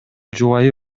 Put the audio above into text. жубайы